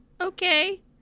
okay